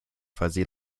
fuzzy